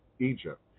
Egypt